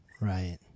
right